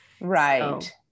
Right